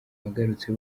agarutse